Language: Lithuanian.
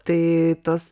tai tos